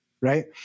right